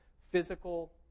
physical